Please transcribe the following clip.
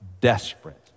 desperate